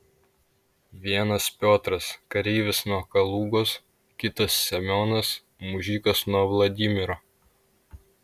vienas piotras kareivis nuo kalugos kitas semionas mužikas nuo vladimiro